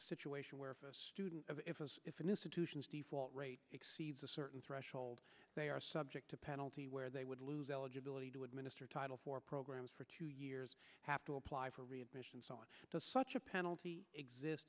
situation where if a student if an institution's default rate exceeds a certain threshold they are subject to penalty where they would lose eligibility to administer title for programs for two years have to apply for readmission so on such a penalty exist